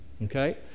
Okay